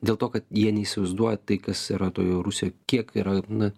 dėl to kad jie neįsivaizduoja tai kas yra toj rusijoj kiek yra na